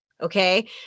Okay